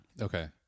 Okay